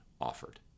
offered